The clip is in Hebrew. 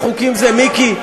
מיקי,